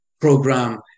program